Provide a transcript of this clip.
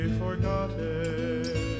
forgotten